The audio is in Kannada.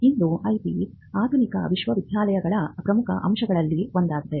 ಇಂದು IP ಆಧುನಿಕ ವಿಶ್ವವಿದ್ಯಾಲಯಗಳ ಪ್ರಮುಖ ಅಂಶಗಳಲ್ಲಿ ಒಂದಾಗಿದೆ